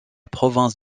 province